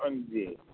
हँ जी